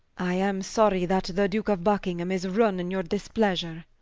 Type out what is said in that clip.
i am sorry, that the duke of buckingham is run in your displeasure